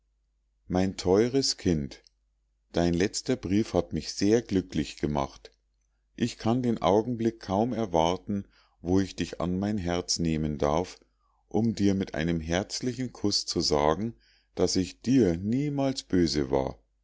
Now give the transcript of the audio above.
mein teures kind dein letzter brief hat mich sehr glücklich gemacht ich kann den augenblick kaum erwarten wo ich dich an mein herz nehmen darf um dir mit einem herzlichen kuß zu sagen daß ich dir niemals böse war